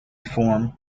form